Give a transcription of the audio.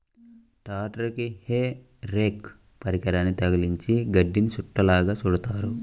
ట్రాక్టరుకి hay rake పరికరాన్ని తగిలించి గడ్డిని చుట్టలుగా చుడుతారు